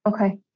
Okay